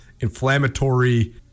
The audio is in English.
inflammatory